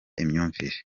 imyumvire